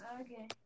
okay